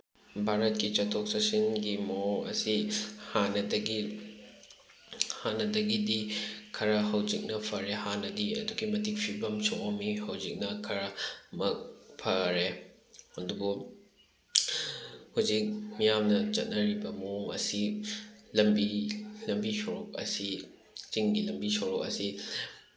ꯚꯥꯔꯠꯀꯤ ꯆꯠꯊꯣꯛ ꯆꯠꯁꯤꯟꯒꯤ ꯃꯑꯣꯡ ꯑꯁꯤ ꯍꯥꯟꯅꯗꯒꯤ ꯍꯥꯟꯅꯗꯒꯤꯗꯤ ꯈꯔ ꯍꯧꯖꯤꯛꯅ ꯐꯔꯦ ꯍꯥꯟꯅꯗꯤ ꯑꯗꯨꯛꯀꯤ ꯃꯇꯤꯛ ꯐꯤꯕꯝ ꯁꯣꯛꯑꯝꯃꯤ ꯍꯧꯖꯤꯛꯅ ꯈꯔ ꯃꯛ ꯐꯔꯦ ꯑꯗꯨꯕꯨ ꯍꯧꯖꯤꯛ ꯃꯤꯌꯥꯝꯅ ꯆꯠꯅꯔꯤꯕ ꯃꯑꯣꯡ ꯑꯁꯤ ꯂꯝꯕꯤ ꯂꯝꯕꯤ ꯁꯣꯔꯣꯛ ꯑꯁꯤ ꯆꯤꯡꯒꯤ ꯂꯝꯕꯤ ꯁꯣꯔꯣꯛ ꯑꯁꯤ